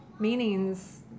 meanings